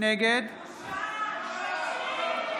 נגד בושה.